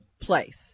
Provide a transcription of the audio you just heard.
Place